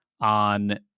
on